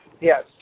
Yes